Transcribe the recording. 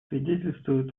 свидетельствует